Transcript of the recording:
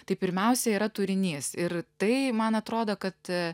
tai pirmiausia yra turinys ir tai man atrodo kad